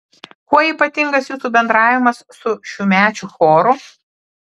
kuo ypatingas jūsų bendravimas su šiųmečiu choru